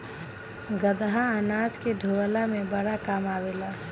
गदहा अनाज के ढोअला में बड़ा काम आवेला